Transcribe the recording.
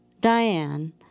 Diane